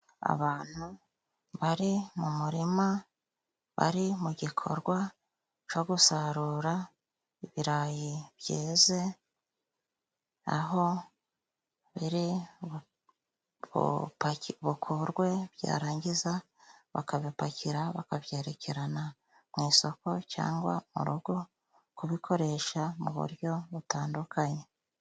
Abantu bari mu murima bari mu gikorwa co gusarura ibirayi byeze, aho biribukurwe, byarangiza bakabipakira bakabyerekerana mu isoko cyangwa mu rugo, kubikoresha mu buryo butandukanye.